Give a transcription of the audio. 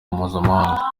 mpuzamahanga